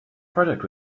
project